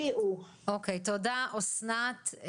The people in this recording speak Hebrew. תודה, אסנת.